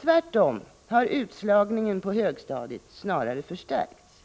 Tvärtom har utslagningen på högstadiet snarare förstärkts.